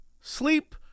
Sleep